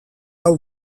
hau